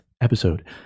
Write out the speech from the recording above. episode